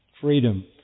freedom